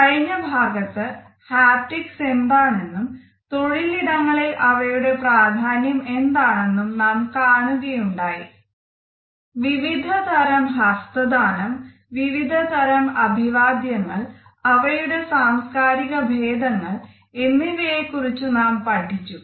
കഴിഞ്ഞ ഭാഗത്ത് ഹാപ്റ്റിക്സ് എന്താണെന്നും തൊഴിലിടങ്ങളിൽ അവയുടെ പ്രാധാന്യം എന്താണെന്നും നാം കാണുകയുണ്ടായി വിവിധ തരം ഹസ്തദാനം വിവിധ തരം അഭിവാദ്യങ്ങൾ അവയുടെ സാംസ്കാരിക ഭേദങ്ങൾ എന്നിവയെ കുറിച്ചു നാം പഠിച്ചു